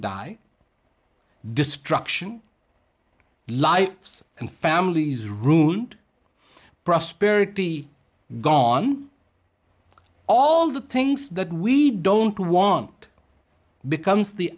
die destruction lives and families rude prosperity gone all the things that we don't want becomes the